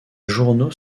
journaux